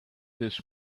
this